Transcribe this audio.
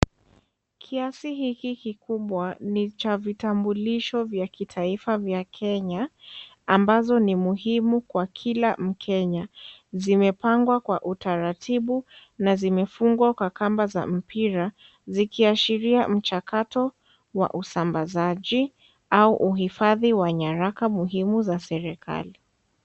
Kiasi hiki kikubwa ni cha vitambulisho vya kitaifa vya Kenya, ambazo ni muhimu kwa kila mkenya. Zimepangwa kwa utaratibu na zimefungwa kwa kamba za mpira, zikia shiria mchakato wa usambazaji au uhifathi wa nyaraka muhimu za serekali.